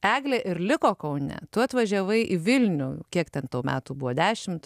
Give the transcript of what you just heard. eglė ir liko kaune tu atvažiavai į vilnių kiek ten tau metų buvo dešimt